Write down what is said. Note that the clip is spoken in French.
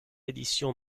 édition